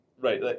Right